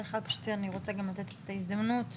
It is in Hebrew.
אני רוצה לתת את זכות הדיבור לאביתר לרנר שהגיע